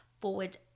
forward